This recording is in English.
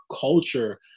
culture